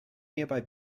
nearby